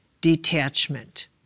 Detachment